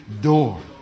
door